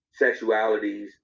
sexualities